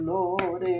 Lord